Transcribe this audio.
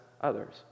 others